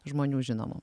žmonių žinomų